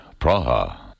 Praha